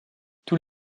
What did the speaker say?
tous